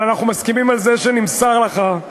אבל אנחנו מסכימים על זה שנמסר לך,